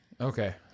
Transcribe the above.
okay